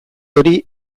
hori